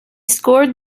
scored